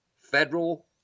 federal